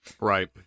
Right